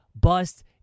bust